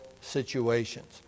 situations